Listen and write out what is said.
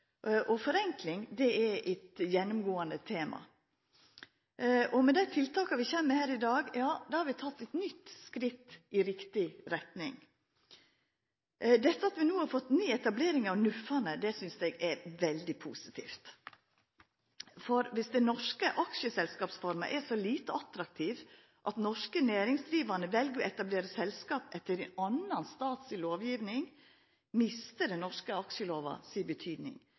og forenkling er eit gjennomgåande tema. Med dei tiltaka vi kjem med her i dag, har vi teke eit nytt skritt i riktig retning. Dette at vi no har fått ned etableringa av NUF-ane, synest eg er veldig positivt, for dersom den norske aksjeselskapsforma er så lite attraktiv at norske næringsdrivande vel å etablera selskap etter ein annan stat si lovgiving, mistar den norske aksjelova si betydning.